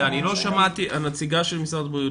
נציגת משרד הבריאות,